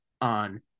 on